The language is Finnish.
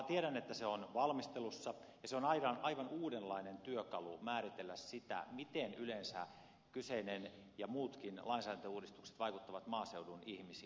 tiedän että se on valmistelussa ja se on aivan uudenlainen työkalu määritellä sitä miten yleensä kyseinen ja muutkin lainsäädäntöuudistukset vaikuttavat maaseudun ihmisiin